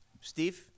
Steve